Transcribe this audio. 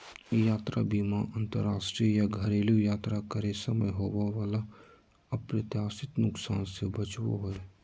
यात्रा बीमा अंतरराष्ट्रीय या घरेलू यात्रा करे समय होबय वला अप्रत्याशित नुकसान से बचाबो हय